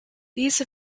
these